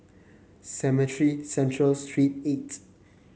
Cemetry Central Street eight